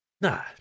Nah